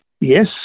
Yes